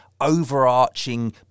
overarching